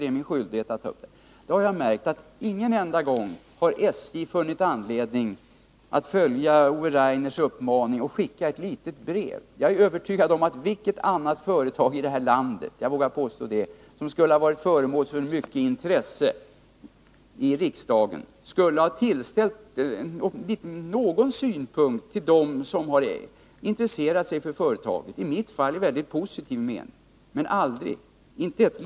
Då har jag kunnat konstatera att SJ inte en enda gång har funnit anledning att följa Ove Rainers uppmaning att sända ett litet brev. Jag vågar påstå att vilket annat företag som helst i det här landet som hade varit föremål för så mycket intresse i riksdagen skulle ha gett åtminstone något svar till dem som intresserat sig för företaget. I mitt fall har det ju varit ett mycket positivt intresse.